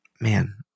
man